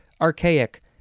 Archaic